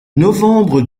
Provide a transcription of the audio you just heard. novembre